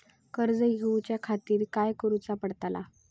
कर्ज घेऊच्या खातीर काय करुचा पडतला?